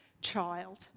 child